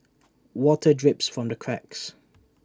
water drips from the cracks